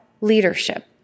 leadership